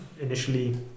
initially